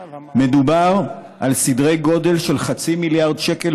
מדובר על סדרי גודל של חצי מיליארד שקל